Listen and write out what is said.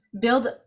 build